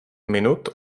minut